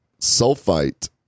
sulfite